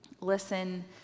Listen